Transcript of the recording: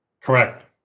correct